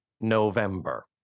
November